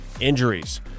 Injuries